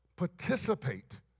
participate